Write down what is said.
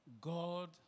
God